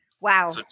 Wow